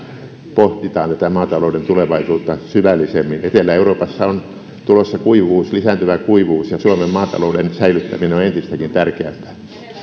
pohditaan maatalouden tulevaisuutta syvällisemmin etelä euroopassa on tulossa kuivuus lisääntyvä kuivuus ja suomen maatalouden säilyttäminen on entistäkin tärkeämpää